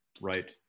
right